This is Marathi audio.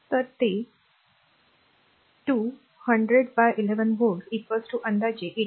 तर ते 2 2 100 बाय 11 व्होल्ट अंदाजे 18